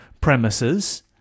premises